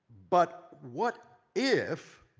but what if